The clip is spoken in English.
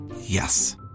Yes